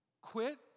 quit